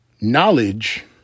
knowledge